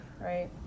right